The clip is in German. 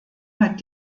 hat